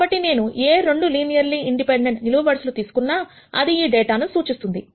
కాబట్టి నేను ఏ 2 లినియర్లీ ఇండిపెండెంట్ నిలువు వరుసలు తీసుకున్నా అది ఈ డేటా ను సూచిస్తుంది